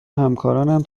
همکارانم